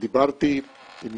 דיברתי עם